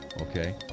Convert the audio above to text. okay